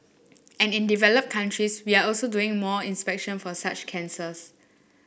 and in developed countries we are also doing more inspection for such cancers